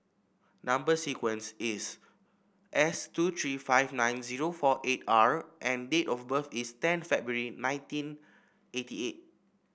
number sequence is S two three five nine zero four eight R and date of birth is ten February nineteen eighty eight